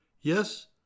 Yes